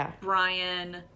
Brian